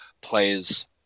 plays